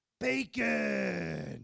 bacon